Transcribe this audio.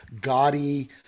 gaudy